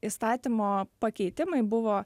įstatymo pakeitimai buvo